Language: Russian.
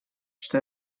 что